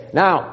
now